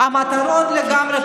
המטרות לגמרי פוליטיות,